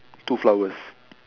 two flowers